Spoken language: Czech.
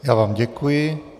Já vám děkuji.